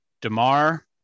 DeMar